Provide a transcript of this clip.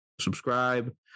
subscribe